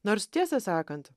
nors tiesą sakant